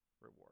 reward